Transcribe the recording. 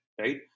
right